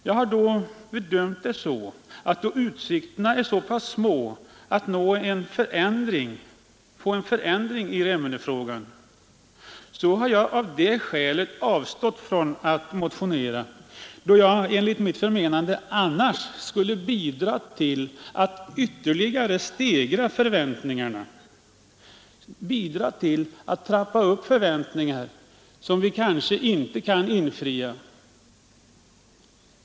När nu utsikterna att få till stånd en förändring i Remmenefrågan är så pass små, har jag avstått från att motionera av det skälet att jag enligt mitt förmenande annars skulle bidra till att ytterligare stegra förväntningarna, bidra till att trappa upp förväntningar som vi kanske inte kan infria.